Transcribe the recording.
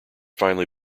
finally